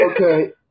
Okay